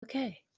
Okay